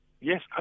Yes